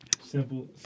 Simple